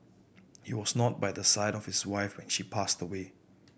he was not by the side of his wife when she passed away